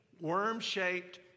worm-shaped